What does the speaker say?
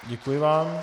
Děkuji vám.